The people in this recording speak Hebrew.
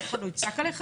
אף אחד לא יצעק עליך,